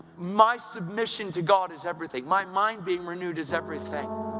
my submission to god is everything. my mind being renewed is everything.